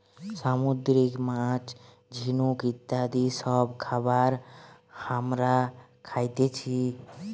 সামুদ্রিক মাছ, ঝিনুক ইত্যাদি সব খাবার হামরা খাতেছি